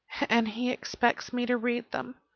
and he expects me to read them.